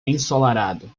ensolarado